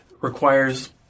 requires